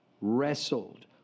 wrestled